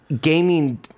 gaming